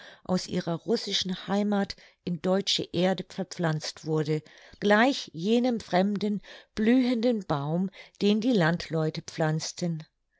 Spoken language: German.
aus ihrer russischen heimath in deutsche erde verpflanzt wurde gleich jenem fremden blühenden baum den die landleute pflanzten